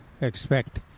expect